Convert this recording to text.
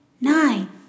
nine